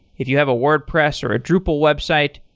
if you have a wordpress or a drupal website,